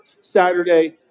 Saturday